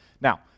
Now